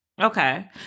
okay